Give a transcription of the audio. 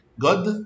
God